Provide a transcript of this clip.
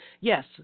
yes